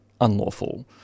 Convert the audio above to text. unlawful